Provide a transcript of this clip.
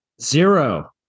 Zero